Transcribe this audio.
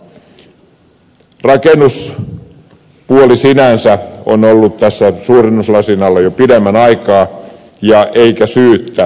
rakennuspuoli sinänsä on ollut tässä suurennuslasin alla jo pidemmän aikaa eikä syyttä